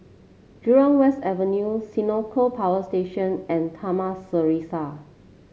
Jurong West Avenue Senoko Power Station and Taman Serasi